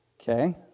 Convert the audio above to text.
Okay